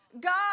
God